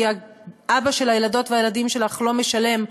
כי האבא של הילדות והילדים שלך לא משלם,